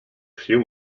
few